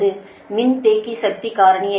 எனவே இதுவும் kilowatt இந்த சொற்றொடரும் கிலோ வாட்